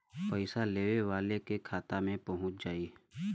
पइसा लेवे वाले के खाता मे पहुँच जाई